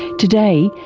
today,